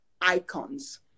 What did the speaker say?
icons